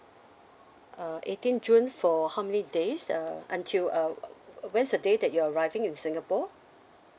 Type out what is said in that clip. uh eighteenth june for how many days uh until uh when's the day that you arriving in singapore